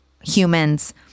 humans